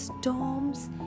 storms